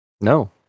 No